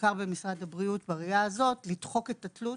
בעיקר במשרד הבריאות, בראייה הזאת, לדחוק את התלות